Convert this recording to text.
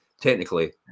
technically